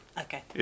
Okay